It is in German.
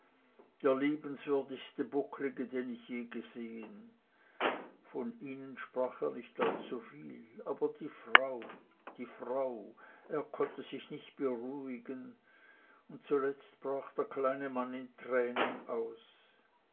der liebenswürdigste bucklige den ich je gesehen von ihnen sprach er nicht allzuviel aber die frau die frau er konnte sich nicht beruhigen und zuletzt brach der kleine mann in tränen aus